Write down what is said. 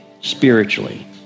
spiritually